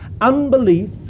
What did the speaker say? Unbelief